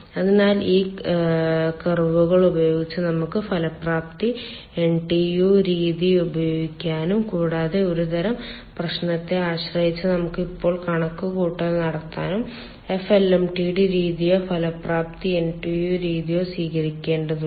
അതിനാൽ ഈ കർവുകൾ ഉപയോഗിച്ച് നമുക്ക് ഫലപ്രാപ്തി NTU രീതി ഉപയോഗിക്കാനാകും കൂടാതെ ഒരു തരം പ്രശ്നത്തെ ആശ്രയിച്ച് നമുക്ക് ഇപ്പോൾ കണക്കുകൂട്ടൽ നടത്താം F LMTD രീതിയോ ഫലപ്രാപ്തി NTU രീതിയോ സ്വീകരിക്കേണ്ടതുണ്ട്